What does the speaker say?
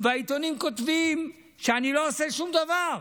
והעיתונים כותבים שאני לא עושה שום דבר,